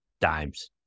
dimes